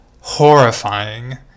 horrifying